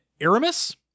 Aramis